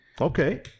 Okay